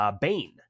Bane